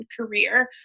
career